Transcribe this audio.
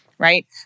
Right